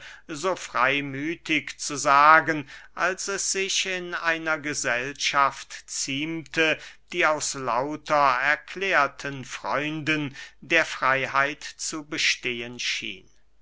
so freymüthig zu sagen als es sich in einer gesellschaft ziemte die aus lauter erklärten freunden der freyheit zu bestehen schien